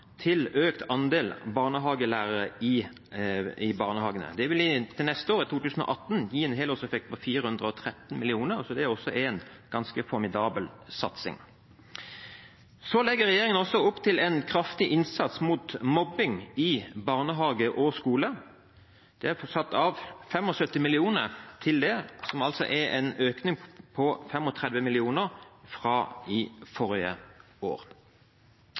til økt andel barnehagelærere i barnehagene. Det vil i 2018 gi en helårseffekt på 413 mill. kr, så det er også en ganske formidabel satsing. Regjeringen legger også opp til en kraftig innsats mot mobbing i barnehage og skole. Det er satt av 75 mill. kr til det, noe som er en økning på 35 mill. kr fra forrige år.